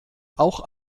auch